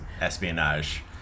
espionage